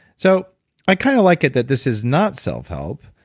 so i kind of like it that this is not self-help,